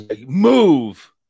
Move